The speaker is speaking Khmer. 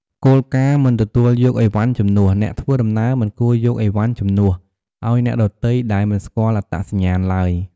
គោលការណ៍ "មិនទទួលយកអីវ៉ាន់ជំនួស" អ្នកធ្វើដំណើរមិនគួរយកអីវ៉ាន់ជំនួសឱ្យអ្នកដទៃដែលមិនស្គាល់អត្តសញ្ញាណឡើយ។